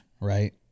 right